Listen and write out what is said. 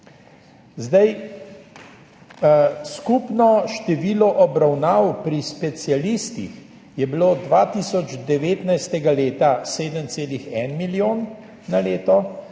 nekaj. Skupno število obravnav pri specialistih je bilo 2019. leta 7,1 milijona na leto,